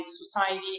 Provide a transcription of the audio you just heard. society